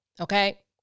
Okay